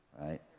right